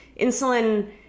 insulin